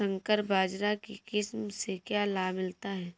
संकर बाजरा की किस्म से क्या लाभ मिलता है?